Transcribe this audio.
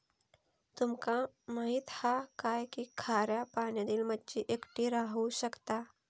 तुमका माहित हा काय की खाऱ्या पाण्यातली मच्छी एकटी राहू शकता